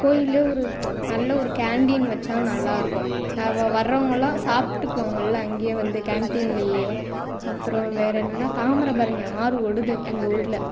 கோயில்ல ஒரு நல்ல ஒரு கேன்டீன் வச்சால் நல்லா இருக்கும் வர்றவங்களும் சாப்பிட்டுக்குவாங்கல்ல அங்கேயே வந்து கேன்டீலையே அப்புறம் வேறு என்னன்னா தாமரபரணி ஆறு ஓடுது எங்கள் ஊரில்